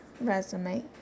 resume